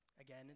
Again